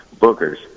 Booker's